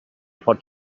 pot